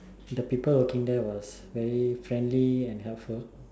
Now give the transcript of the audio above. the people working there was very friendly and helpful